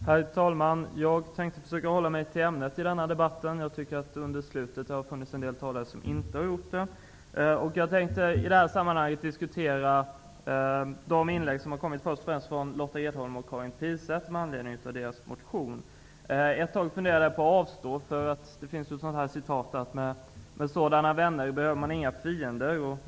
Herr talman! Jag skall försöka hålla mig till ämnet i denna debatt. Nu mot slutet har det varit en del talare som inte gjort det. Jag tänkte i detta sammanhang kommentera Lotta Edholms och Karin Pilsäters inlägg med anledning av deras motion. Ett tag funderade jag på att avstå -- med sådana vänner behöver man inga fiender.